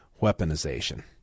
weaponization